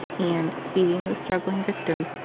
and, seizing the struggling victim,